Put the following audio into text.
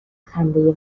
خنده